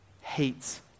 hates